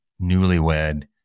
newlywed